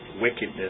wickedness